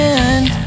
end